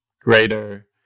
greater